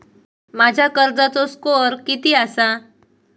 माझ्या कर्जाचो स्कोअर किती आसा?